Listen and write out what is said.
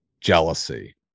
jealousy